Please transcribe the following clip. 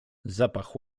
zapach